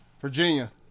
Virginia